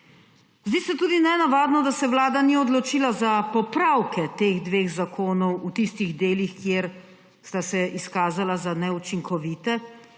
Zdi se tudi nenavadno, da se vlada ni odločila za popravke teh dveh zakonov v tistih delih, kjer sta se izkazala za neučinkovite,